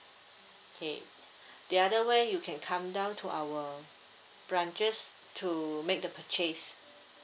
okay the other way you can come down to our branches to make the purchase